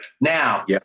Now